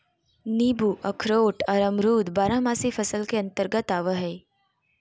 नींबू अखरोट आर अमरूद बारहमासी फसल के अंतर्गत आवय हय